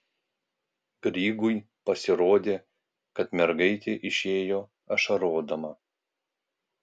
grygui pasirodė kad mergaitė išėjo ašarodama